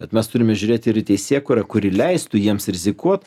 bet mes turime žiūrėt ir į teisėkūrą kuri leistų jiems rizikuot